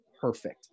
perfect